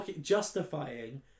justifying